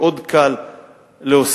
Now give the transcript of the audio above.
מאוד קל להוסיף.